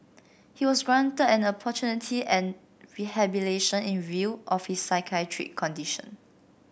he was granted an opportunity at rehabilitation in view of his psychiatric condition